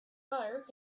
fire